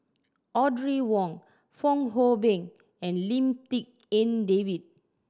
Audrey Wong Fong Hoe Beng and Lim Tik En David